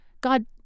God